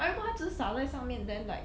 but I remember 他只是撒在上面 then like